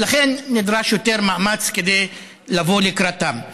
ולכן נדרש יותר מאמץ כדי לבוא לקראתם.